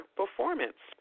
performance